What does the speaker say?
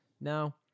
Now